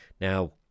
now